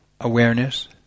awareness